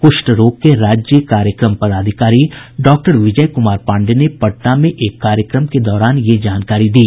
कुष्ठ रोग के राज्य कार्यक्रम पदाधिकारी डॉक्टर विजय कुमार पांडेय ने पटना में एक कार्यक्रम के दौरान यह जानकारी दी